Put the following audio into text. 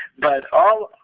but all